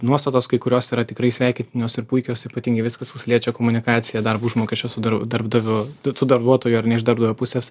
nuostatos kai kurios yra tikrai sveikintinos ir puikios ypatingai viskas kas liečia komunikaciją darbo užmokesčio su darbdaviu tų darbuotojų ar ne iš darbdavio pusės